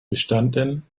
bestanden